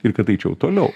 ir kad eičiau toliau